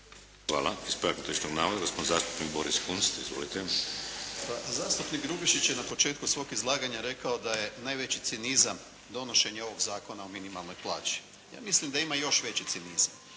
Hvala. Ispravak netočnog navoda gospodin zastupnik Boris Kunst. Izvolite. **Kunst, Boris (HDZ)** Pa zastupnik Grubišić je na početku svog izlaganja rekao da je najveći cinizam donošenje ovog Zakona o minimalnoj plaći. Ja mislim da ima još većih cinizama